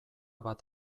bat